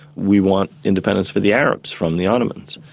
we want independence for the arabs from the ottomans.